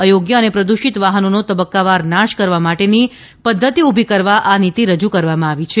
અયોગ્ય અને પ્રદૂષિત વાહનોનો તબક્કાવાર નાશ કરવા માટેની પદ્વતિ ઉભી કરવા આ નીતિ રજુ કરવામાં આવી છે